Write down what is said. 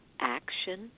action